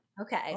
okay